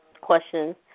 questions